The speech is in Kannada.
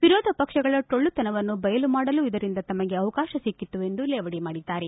ವಿರೋಧ ಪಕ್ಷಗಳ ಟೊಳ್ಳುತನವನ್ನು ಬಯಲು ಮಾಡಲು ಇದರಿಂದ ತಮಗೆ ಅವಕಾಶ ಸಿಕ್ಕಿತು ಎಂದು ಲೇವಡಿ ಮಾಡಿದ್ದಾರೆ